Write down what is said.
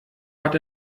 hat